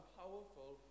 powerful